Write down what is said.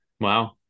wow